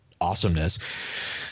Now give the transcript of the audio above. awesomeness